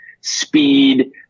speed